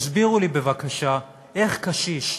תסבירו לי בבקשה, איך קשיש,